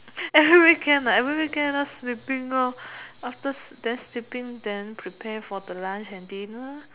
every weekend every weekend just sleeping after then sleeping then sleeping for the lunch and dinner